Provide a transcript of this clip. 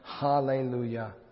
Hallelujah